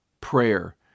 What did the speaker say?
Prayer